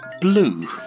Blue